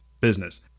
business